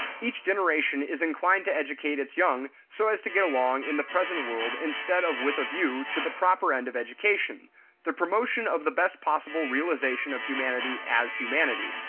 each generation is inclined to educate its young so as to get along in the present world instead of with a view to the proper end of education the promotion of the best possible realization of humanity as humanity.